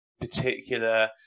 particular